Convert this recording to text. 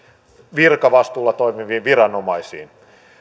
virkavastuulla toimiviin viranomaisiin